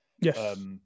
Yes